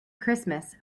christmas